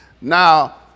Now